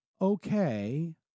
okay